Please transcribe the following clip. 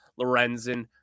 Lorenzen